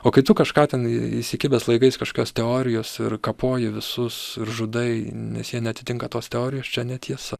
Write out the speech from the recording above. o kai tu kažką ten įsikibęs laikais kažkas teorijos ir kapoji visus žudai nes jie neatitinka tos teorijos čia netiesa